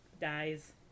dies